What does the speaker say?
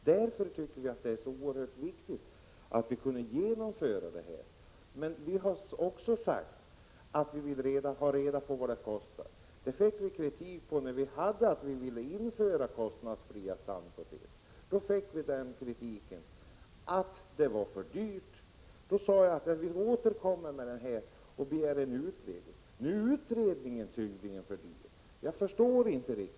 Därför tycker vi det är så oerhört viktigt att vi kan genomföra denna reform. Men vi har sagt att vi vill ha reda på vad det kostar. När vi ville införa kostnadsfria tandproteser fick vi kritik för att det var för dyrt. Då sade vi att vi återkommer och begär en utredning. Nu är en utredning tydligen för dyr. Jag förstår inte det.